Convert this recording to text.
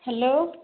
hello